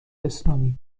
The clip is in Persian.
اسلامی